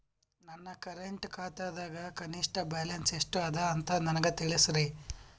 ನನ್ನ ಕರೆಂಟ್ ಖಾತಾದಾಗ ಕನಿಷ್ಠ ಬ್ಯಾಲೆನ್ಸ್ ಎಷ್ಟು ಅದ ಅಂತ ನನಗ ತಿಳಸ್ರಿ